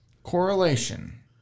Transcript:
Correlation